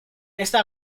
esta